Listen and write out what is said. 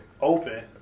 open